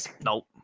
Nope